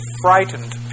frightened